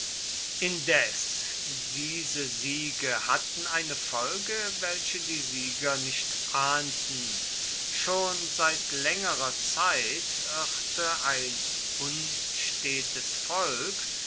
indes diese siege hatten eine folge welche die sieger nicht ahnten schon seit längerer zeit irrte ein unstetes volk